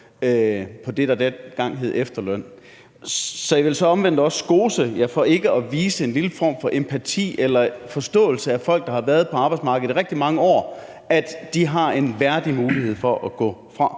på det, der dengang hed efterløn. Så jeg vil omvendt også skose jer for ikke at vise en lille smule empati eller forståelse for folk, der har været på arbejdsmarkedet i rigtig mange år, i forhold til at de har en værdig mulighed for at gå fra